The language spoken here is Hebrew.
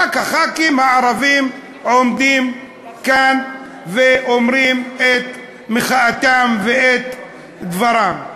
רק חברי הכנסת הערבים עומדים כאן ואומרים את מחאתם ואת דברם.